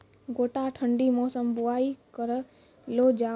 गोटा ठंडी मौसम बुवाई करऽ लो जा?